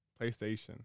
PlayStation